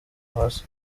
hasi